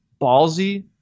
ballsy –